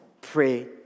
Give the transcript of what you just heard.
pray